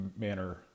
manner